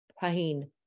pain